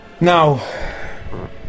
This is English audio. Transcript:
Now